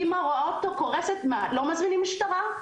האימא רואה אותו, קורסת, מה, לא מזמינים משטרה?